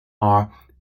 are